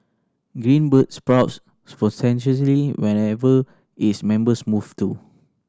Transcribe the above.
Green Bird sprouts whenever its members move to